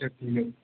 আচ্ছা ঠিক আছে